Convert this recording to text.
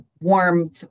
warm